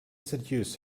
seduce